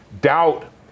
doubt